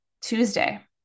Tuesday